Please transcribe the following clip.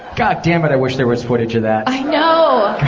goddamnit, i wish there was footage of that! i know!